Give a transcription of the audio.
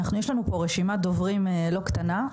יש לנו פה רשימת דוברים לא קטנה,